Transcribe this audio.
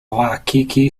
waikiki